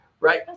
right